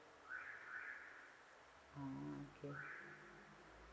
orh okay